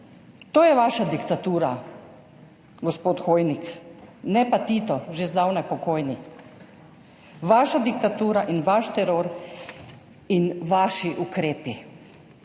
To je vaša diktatura, gospod Hoivik, ne pa Tito, že zdavnaj pokojni. Vaša diktatura in vaš teror in vaši ukrepi.